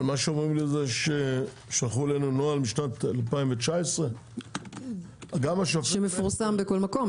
אבל מה שאומרים לי זה ששלחו אלינו נוהל משנת 2019. שמפורסם בכל מקום,